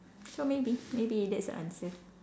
so maybe maybe that's the answer